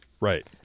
Right